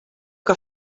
que